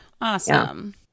Awesome